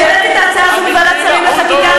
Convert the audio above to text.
כשהבאתי את ההצעה הזו לוועדת שרים לחקיקה,